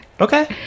Okay